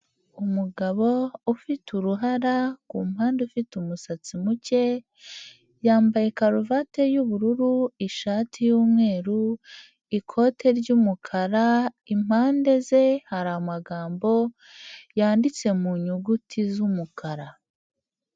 Umugabo ufite uruhara, ku mpande ufite umusatsi muke, yambaye karuvati y’ubururu, ishati y’umweru, ikote ry'umukara, impande ze har’amagambo yanditse mu nyuguti z'umukara.